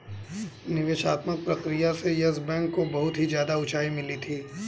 निवेशात्मक प्रक्रिया से येस बैंक को बहुत ही ज्यादा उंचाई मिली थी